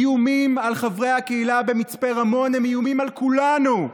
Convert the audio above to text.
איומים על חברי הקהילה במצפה רמון הם איומים על כולנו,